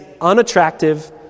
unattractive